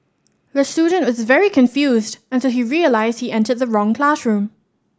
the student was very confused until he realised he entered the wrong classroom